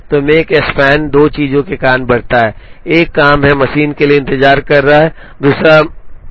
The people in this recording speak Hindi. तो Makespan दो चीजों के कारण बढ़ता है एक काम है मशीन के लिए इंतजार कर रहा है दूसरा मशीन काम के लिए इंतजार कर रहा है